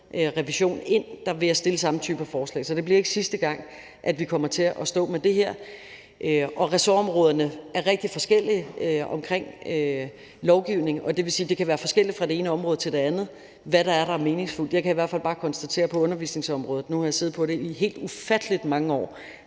revision ind, at fremsætte samme type forslag. Så det bliver ikke sidste gang, vi kommer til at stå med det. Ressortområderne er rigtig forskellige, hvad angår lovgivning, og det vil sige, at det kan være forskelligt fra det ene område til det andet, hvad der er meningsfuldt. Jeg kan i hvert fald bare konstatere, at jeg på undervisningsområdet – nu har jeg siddet på det i helt ufattelig mange år